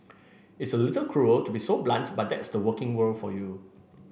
it's a little cruel to be so blunt but that's the working world for you